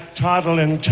toddling